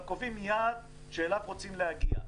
אבל קובעים יעד שאליו רוצים להגיע.